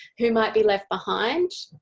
who might be left behind?